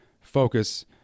focus